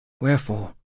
Wherefore